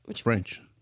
French